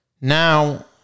Now